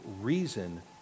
reason